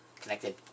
connected